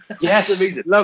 yes